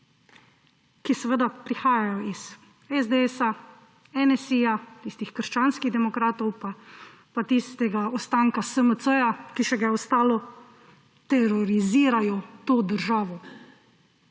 ki seveda prihajajo iz SDS, NSi, tistih krščanskih demokratov, pa tistega ostanka SMC, ki še ga je ostalo, terorizirajo to državo.